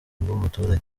bw’umuturage